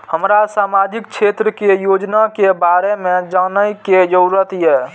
हमरा सामाजिक क्षेत्र के योजना के बारे में जानय के जरुरत ये?